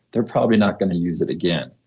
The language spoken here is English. they're probably not going to use it again.